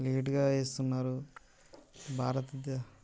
లేటుగా ఇస్తున్నారు భారత్ ద